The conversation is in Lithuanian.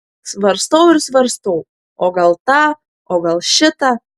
svarstau ir svarstau o gal tą o gal šitą